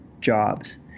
jobs